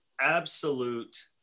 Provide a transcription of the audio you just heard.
absolute